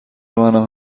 منم